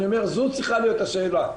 זו צריכה להיות השאלה.